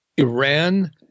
Iran